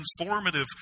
transformative